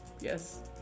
yes